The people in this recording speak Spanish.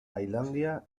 tailandia